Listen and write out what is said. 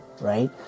right